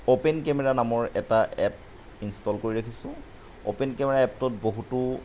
open camera নামৰ এটা app install কৰি ৰাখিছোঁ অপেন কেমেৰা এপটোত বহুতো